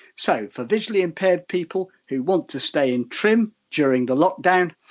so, for visually impaired people, who want to stay in trim during the lockdown,